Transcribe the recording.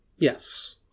Yes